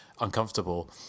uncomfortable